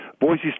Boise